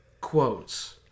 quotes